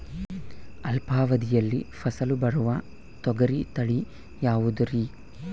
ಅಲ್ಪಾವಧಿಯಲ್ಲಿ ಫಸಲು ಬರುವ ತೊಗರಿ ತಳಿ ಯಾವುದುರಿ?